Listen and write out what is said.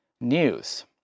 news